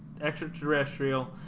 extraterrestrial